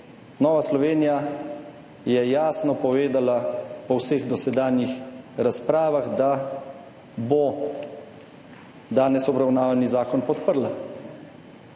Nova Slovenija je jasno povedala, po vseh dosedanjih razpravah, da bo danes obravnavani zakon podprla.